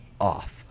off